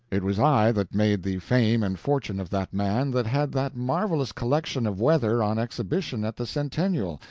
it was i that made the fame and fortune of that man that had that marvelous collection of weather on exhibition at the centennial,